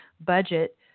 budget